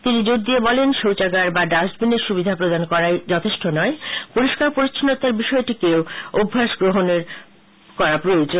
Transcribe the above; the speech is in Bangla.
তিনি জোর দিয়ে বলেন শৌচাগার বা ডাস্টবিনের সুবিধা প্রদান করাই যথেষ্ট নয় পরিষ্কার পরিষ্হন্নতার বিষয়টিকেও অভ্যাস হিসেবে গ্রহণ করা প্রয়োজন